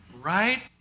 Right